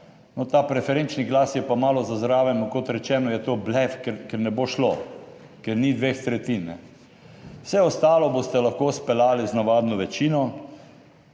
ta preferenčni glas je pa malo za zraven, kot rečeno je to blef, ker ne bo šlo, ker ni dveh tretjin, vse ostalo boste lahko speljali z navadno večino,